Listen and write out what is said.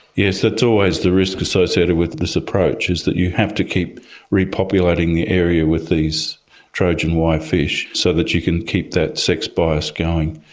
yes, that's always the risk associated with this approach, is that you have to keep repopulating the area with these trojan y fish so that you can keep that sex bias going.